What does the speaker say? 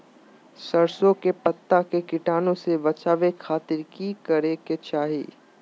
सरसों के पत्ता के कीटाणु से बचावे खातिर की करे के चाही?